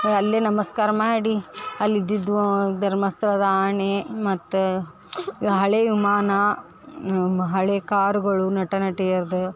ಅಲ್ಲೇ ನಮಸ್ಕಾರ ಮಾಡಿ ಅಲ್ಲಿದ್ದಿದ್ದ ಧರ್ಮಸ್ಥಳದ ಆನೆ ಮತ್ತು ಈ ಹಳೆ ವಿಮಾನ ಹಳೆ ಕಾರುಗಳು ನಟ ನಟಿಯರ್ದು